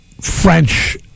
French